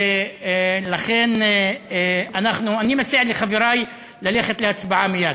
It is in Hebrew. ולכן אני מציע לחברי ללכת להצבעה מייד.